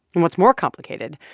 and what's more complicated,